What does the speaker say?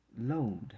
load